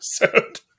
episode